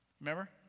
remember